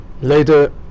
Later